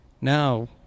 Now